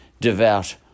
devout